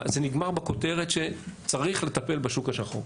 זה נגמר בכותרת שצריך לטפל בשוק השחור,